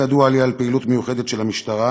לא ידוע לי על פעילות מיוחדת של המשטרה